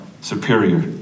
superior